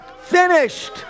finished